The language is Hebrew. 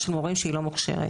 כאשר יסיימו.